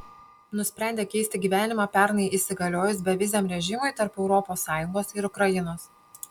nusprendė keisti gyvenimą pernai įsigaliojus beviziam režimui tarp europos sąjungos ir ukrainos